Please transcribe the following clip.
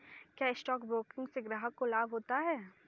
क्या stock broking से ग्राहक को लाभ होता है?